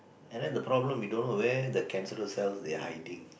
and then the problem we don't know where the cancerous cells they are hiding